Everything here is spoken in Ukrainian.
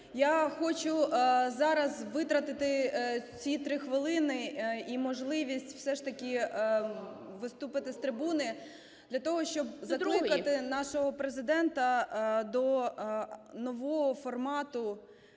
Я хочу зараз витратити ці 3 хвилини і можливість, все ж таки, виступити з трибуни для того, щоб закликати нашого Президента до нового формату